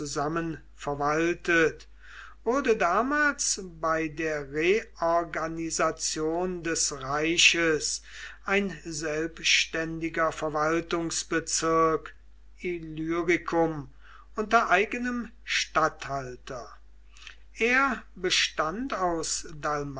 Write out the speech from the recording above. verwaltet wurde damals bei der reorganisation des reiches ein selbständiger verwaltungsbezirk illyricum unter eigenem statthalter er bestand aus